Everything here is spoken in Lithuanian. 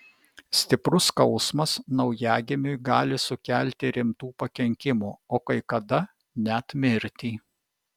stiprus skausmas naujagimiui gali sukelti rimtų pakenkimų o kai kada net mirtį